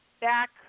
back